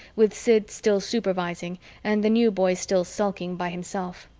with sid still supervising and the new boy still sulking by himself.